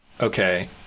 Okay